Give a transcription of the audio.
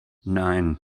nein